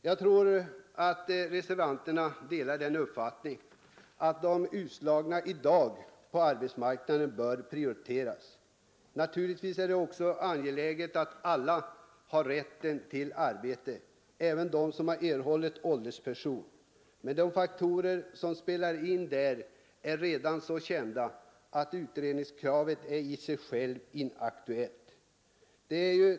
Jag tror att reservanterna delar den uppfattningen att de utslagna på arbetsmarknaden i dag bör prioriteras. Naturligtvis är det också angeläget att alla har rätt till arbete, även de som erhållit ålderspension. Men de faktorer som där spelar in är redan så kända att utredningskravet i sig självt är inaktuellt.